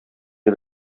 дип